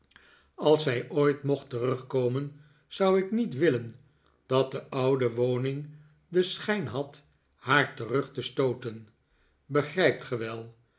als zij ooit mocht terugkomen zou ik niet willen dat de oude woning den schijn had haar terug te stooten begrijpt